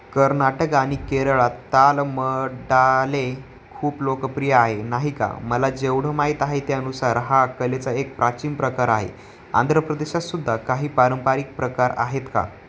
कर्नाटक आणि केरळात तालमड्डाले खूप लोकप्रिय आहे नाही का मला जेवढं माहीत आहे त्यानुसार हा कलेचा एक प्राचीन प्रकार आहे आंध्र प्रदेशात सुद्धा काही पारंपरिक प्रकार आहेत का